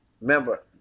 remember